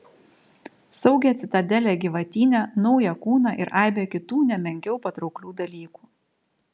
saugią citadelę gyvatyne naują kūną ir aibę kitų ne menkiau patrauklių dalykų